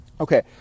Okay